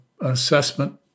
assessment